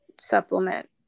supplement